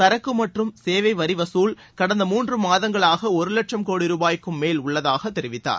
சரக்கு மற்றும் சேவை வரி வசூல் கடந்த மூன்று மாதங்களாக ஒரு லட்சம் கோடி ரூபாய்க்கும் மேல் உள்ளதாகத் தெரிவித்தார்